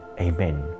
Amen